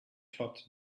topped